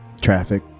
traffic